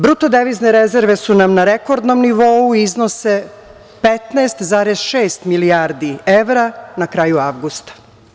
Bruto devizne rezerve su na nam na rekordnom nivou i iznose 15,6 milijardi evra na kraju avgusta.